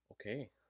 Okay